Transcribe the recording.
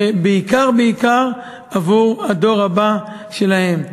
ובעיקר בעיקר עבור הדור הבא שלהם.